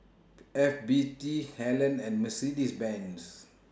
F B T Helen and Mercedes Benz